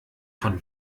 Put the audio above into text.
von